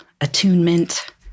attunement